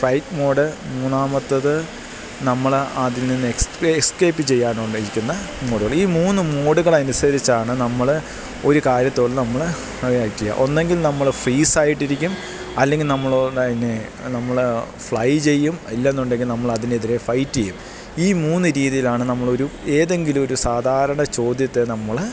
flight mode മൂന്നാമത്തത് നമ്മള് അതിൽ നിന്ന് എസ്കേപ്പ് ചെയ്യാനോണ്ടിരിക്കുന്ന മോഡുകള് ഈ മൂന്ന് മോഡുകളനുസരിച്ചാണു നമ്മള് ഒരു കാര്യത്തോട് നമ്മള് റിയാക്റ്റെയ്യുക ഒന്നെങ്കിൽ നമ്മള് ഫ്രീസായിട്ടിരിക്കും അല്ലെങ്കില് നമ്മളോ അതിനെ നമ്മള് ഫ്ലൈ ചെയ്യും ഇല്ലെന്നുണ്ടെങ്കില് നമ്മളതിനെതിരെ ഫൈറ്റേയ്യും ഈ മൂന്നു രീതിയിലാണ് നമ്മളൊരു ഏതെങ്കിലുമൊരു സാധാരണ ചോദ്യത്തെ നമ്മള്